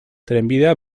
trenbidea